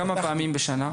כמה פעמים בשנה?